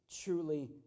truly